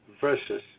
versus